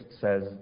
says